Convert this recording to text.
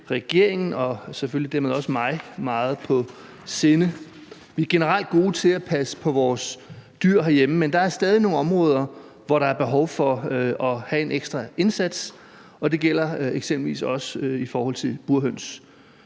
regeringen og selvfølgelig dermed også mig meget på sinde. Vi er generelt gode til at passe på vores dyr herhjemme, men der er stadig nogle områder, hvor der er behov for at have en ekstra indsats, og det gælder eksempelvis også i forhold til burhøns.